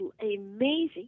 amazing